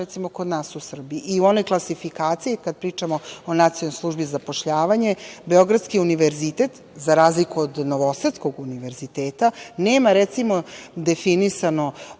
recimo kod nas u Srbiji.U onoj klasifikaciji kada pričamo o Nacionalnoj službi za zapošljavanje Beogradski univerzitet, za razliku od Novosadskog univerziteta, nema recimo definisano